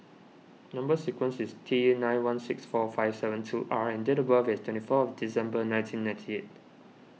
Number Sequence is T nine one six four five seven two R and date of birth is twenty fourth December nineteen ninety eight